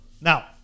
now